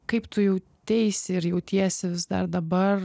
kaip tu jauteisi ir jautiesi vis dar dabar